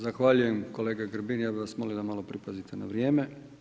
Zahvaljujem kolega Grbin, ja bih vas molio da malo pripazite na vrijeme.